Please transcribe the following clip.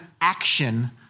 action